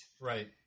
right